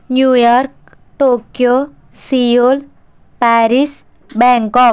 New York Tokyo Seoul Paris Bangkok